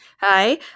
Hi